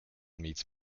meets